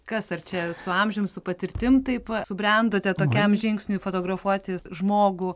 kas ar čia su amžium su patirtim taip va subrendote tokiam žingsniui fotografuoti žmogų